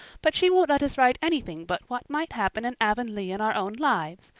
but she won't let us write anything but what might happen in avonlea in our own lives,